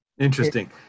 Interesting